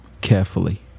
carefully